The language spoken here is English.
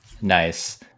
Nice